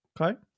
Okay